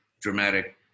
dramatic